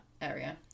area